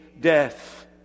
death